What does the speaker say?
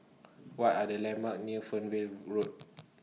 What Are The landmarks near Fernvale Road